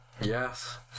Yes